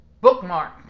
bookmark